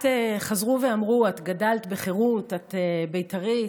את, חזרו ואמרו, את גדלת בחרות, את בית"רית.